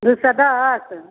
दुइ सओ दस